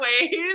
ways